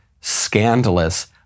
scandalous